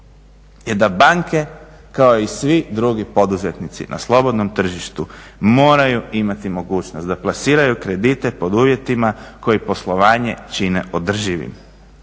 je da banke kao i svi drugi poduzetnici na slobodnom tržištu moraju imati mogućnost da plasiraju kredite pod uvjetima koji poslovanje čine održivim